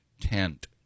tent